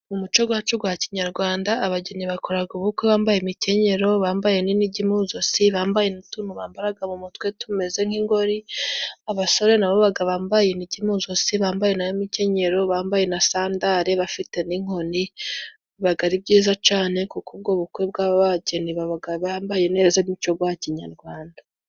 Umuco gwacu gwa kinyarwanda abageni bakoraga ubukwe bambaye imikenyerero, bambaye n'inigi mu zosi, bambaye n'utuntu bambaraga mu mutwe tumeze nk'ingori. Abasore na bo babaga bambaye inigi mu zosi, bambaye na bo imikenyero, bambaye na sandare bafite n'inkoni. Bibaga ari byiza cane kuko ubwo bukwe bw'abageni babaga bambaye neza umuco gwa kinyarwanda.